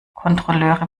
kontrolleure